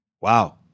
Wow